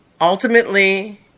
Ultimately